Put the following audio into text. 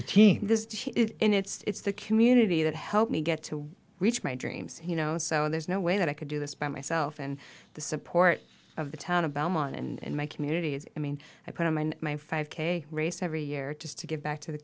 a team this and it's the community that helped me get to reach my dreams you know so there's no way that i could do this by myself and the support of the town of belmont and my community is i mean i put them on my five k race every year just to get back to the